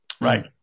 Right